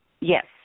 Yes